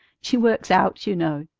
she works out, you know.